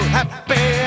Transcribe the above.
happy